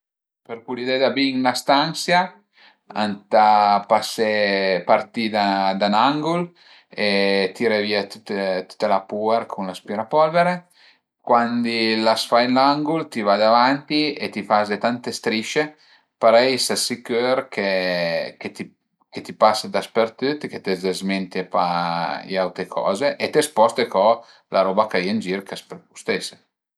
Për pulidé da bin 'na stansia ëntà pasé, parti da ün angul e tiré via tüta la puer cun l'aspirapolvere, cuandi l'as fait ün angul, ti vade avanti e ti faze tante strisce parei ses sicür che ti pase daspertüt, che te dezmentie pa le aute coze e te sposte co la roba ch'a ie ën gir ch'a s'pöl spustese